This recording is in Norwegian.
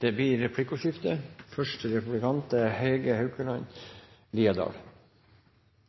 Det blir replikkordskifte.